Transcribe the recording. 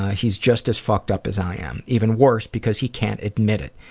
he's just as fucked up as i am. even worse, because he can't admit it.